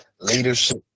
leadership